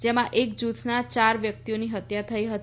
જેમાં એક જ જૂથના ચાર વ્યક્તિઓની હત્યા થઇ હતી